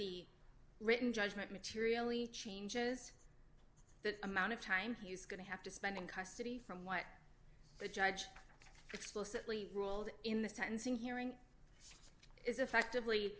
the written judgment materially changes the amount of time he's going to have to spend in custody from what the judge explicitly ruled in the tensing hearing is effectively